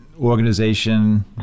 organization